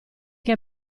che